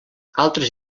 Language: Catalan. altres